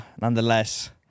nonetheless